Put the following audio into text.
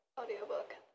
audiobook